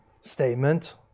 statement